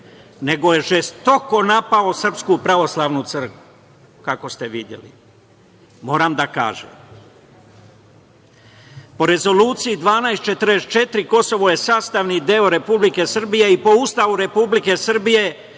nego je žestoko napao SPC, kako ste videli. Moram da kažem, po „Rezoluciji 1244“ Kosovo je sastavni deo Republike Srbije i po Ustavu Republike Srbije,